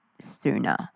sooner